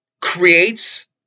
creates